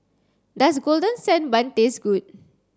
does golden sand bun taste good